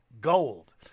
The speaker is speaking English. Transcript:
gold